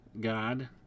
God